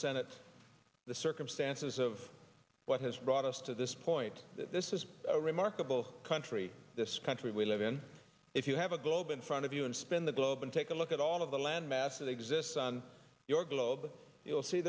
senate the circumstances of what has brought us to this point this is a remarkable country this country we live in if you have a globe in front of you and spin the globe and take a look at all of the landmass that exists on your globe you'll see